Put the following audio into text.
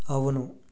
అవును